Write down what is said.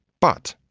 but,